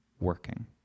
working